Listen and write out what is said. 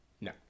no